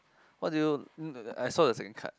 what do you I saw the second card